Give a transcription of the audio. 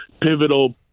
pivotal